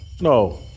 No